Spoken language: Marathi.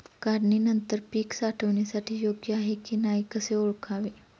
काढणी नंतर पीक साठवणीसाठी योग्य आहे की नाही कसे ओळखावे?